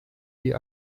die